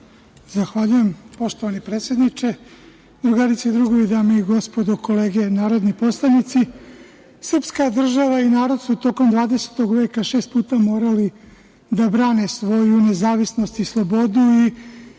Zahvaljujem. Poštovani predsedniče, drugarice i drugovi, dame i gospodo kolege narodni poslanici, srpska država i narod su tokom 20. veka šest puta morali da brane svoju nezavisnost i slobodu i